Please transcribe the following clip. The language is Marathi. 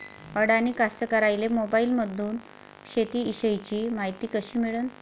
अडानी कास्तकाराइले मोबाईलमंदून शेती इषयीची मायती कशी मिळन?